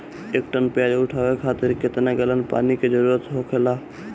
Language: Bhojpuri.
एक टन प्याज उठावे खातिर केतना गैलन पानी के जरूरत होखेला?